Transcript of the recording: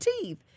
teeth